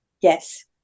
Yes